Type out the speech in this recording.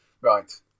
Right